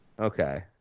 Okay